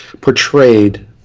portrayed